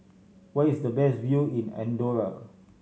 where is the best view in Andorra